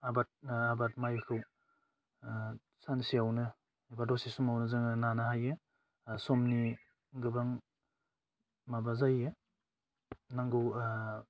आबाद आबाद माइखौ सानसेयावनो एबा दसे समावनो जोङो नानो हायो समनि गोबां माबा जायो नांगौ